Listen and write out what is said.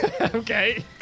Okay